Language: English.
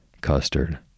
custard